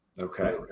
Okay